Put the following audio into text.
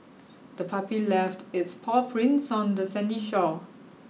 the puppy left its paw prints on the sandy shore